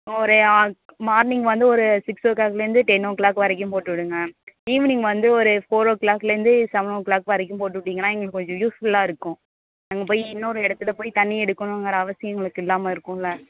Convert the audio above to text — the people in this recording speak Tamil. ஒரு ஆ மார்னிங் வந்து ஒரு சிக்ஸ் ஓ கிளாக்லேருந்து டென் ஓ கிளாக் வரைக்கும் போட்டு விடுங்க ஈவினிங் வந்து ஒரு ஃபோர் ஓ கிளாக்லேருந்து செவன் ஓ கிளாக் வரைக்கும் போட்டுவுட்டிங்கனா எங்களுக்கு கொஞ்சம் யூஸ்ஃபுல்லாக இருக்கும் நாங்கள் போய் இன்னொரு இடத்துல போய் தண்ணி எடுக்கணுங்கிற அவசியம் எங்களுக்கு இல்லாமல் இருக்கும்ல